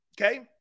Okay